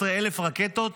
רקטות